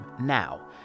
now